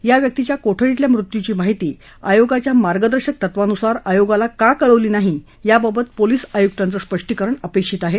या व्यक्तीच्या कोठडीतल्या मृत्यूची माहिती आयोगाच्या मार्गदर्शक तत्त्वानुसार आयोगाला का कळवली नाही याबाबत पोलीस आयुकांचं स्पष्टीकरण अपेक्षित आहे